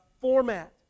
format